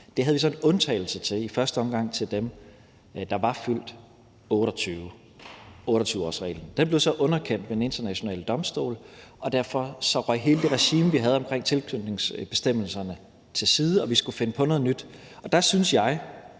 Det havde vi så en undtagelse til, i første omgang for dem, der var fyldt 28 år – nemlig 28-årsreglen. Den blev så underkendt ved den internationale domstol, og derfor røg hele det regime, vi havde omkring tilknytningsbestemmelserne, til side, og vi skulle finde på noget nyt. Der syntes jeg